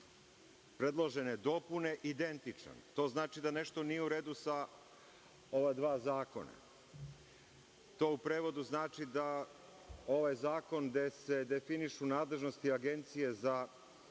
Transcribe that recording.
predložene dopune identičan. To znači da nešto nije u redu sa ova dva zakona. To u prevodu znači da ovaj zakon gde se definišu nadležnosti Agencije za